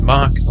Mark